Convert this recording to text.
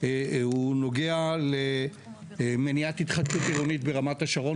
הוא נוגע למניעת התחדשות עירונית ברמת השרון,